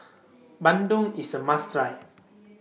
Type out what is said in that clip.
Bandung IS A must Try